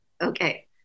Okay